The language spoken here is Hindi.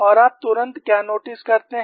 और आप तुरंत क्या नोटिस करते हैं